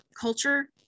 culture